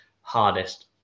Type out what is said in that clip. hardest